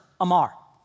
Amar